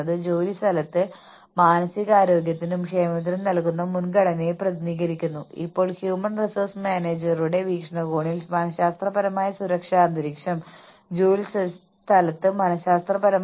ഇത് ജോലി യഥാർത്ഥത്തിൽ എങ്ങനെ ചെയ്യണമെന്ന് തീരുമാനിക്കുന്നു ഒരു ജോലി എങ്ങനെ ചെയ്യപ്പെടുന്നു എന്നതിന്റെ ഘട്ടം ഘട്ടമായുള്ള നടപടിക്രമം നിങ്ങൾക്ക് അറിയാമെന്ന് തീരുമാനിക്കുന്നു ഒരു പ്രത്യേക ജോലി ചെയ്യാൻ എത്ര സമയമെടുക്കുമെന്ന് സമയ പഠനം നടത്തുകയും ചെയ്യുന്നു